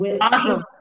Awesome